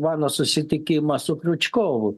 mano susitikimą su kriučkovu